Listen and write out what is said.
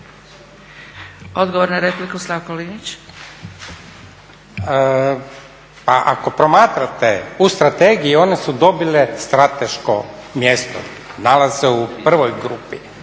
Linić. **Linić, Slavko (Nezavisni)** Pa ako promatrate u strategiji, one su dobile strateško mjesto, nalaze se u prvoj grupi,